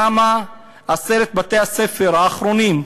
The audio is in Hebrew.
למה עשרת בתי-הספר האחרונים,